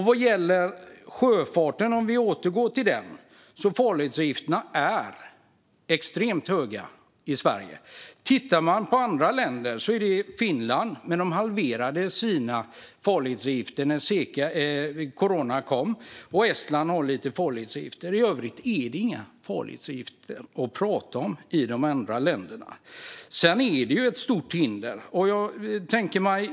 Vad gäller sjöfarten, om vi nu återgår till den, är farledsavgifterna extremt höga i Sverige. I Finland halverade man farledsavgifterna när corona kom, och i Estland har man låga farledsavgifter, men i andra länder är det inga farledsavgifter att prata om. De är ett stort hinder.